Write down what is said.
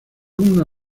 una